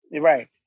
Right